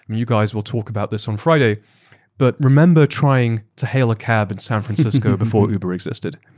you guys will talk about this on friday but remember, trying to hail a cab in san francisco before uber existed.